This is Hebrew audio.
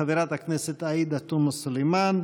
חברת הכנסת עאידה תומא סלימאן,